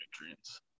nutrients